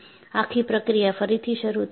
આખી પ્રક્રિયા ફરીથી શરૂ થાય છે